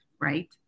Right